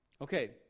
Okay